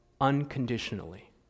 unconditionally